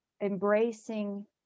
embracing